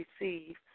receive